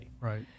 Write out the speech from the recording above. right